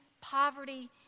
poverty